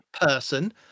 person